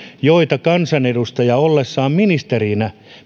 kun kansanedustaja on ministerinä